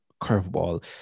curveball